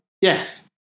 yes